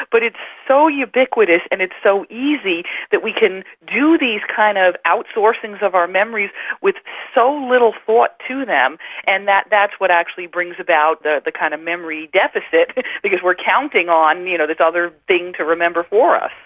but it's so ubiquitous and it's so easy that we can do these kind of outsourcings of our memories with so little thought to them and that's what actually brings about the the kind of memory deficit because we are counting on you know this other thing to remember for us.